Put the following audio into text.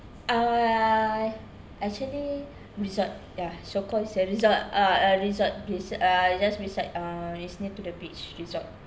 uh actually resort ya so call is a resort ah ah resort place ah it's just beside ah is near to the beach resort